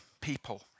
people